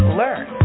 learn